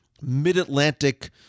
mid-Atlantic